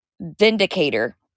vindicator